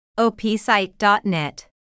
opsite.net